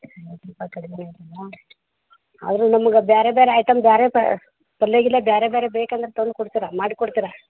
ಮೂವತ್ತು ರೂಪಾಯಿ ಕಡಿಮೆ ಆಗೋಲ್ಲ ಅವರು ನಮ್ಗೆ ಬೇರೆ ಬೇರೆ ಐಟಮ್ ಬೇರೆ ಪಲ್ಯ ಗಿಲ್ಯ ಬೇರೆ ಬೇರೆ ಬೇಕಂದ್ರೆ ತಂದು ಕೊಡ್ತೀರಾ ಮಾಡಿ ಕೊಡ್ತೀರಾ